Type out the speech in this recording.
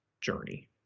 journey